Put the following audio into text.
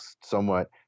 somewhat